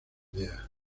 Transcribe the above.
idea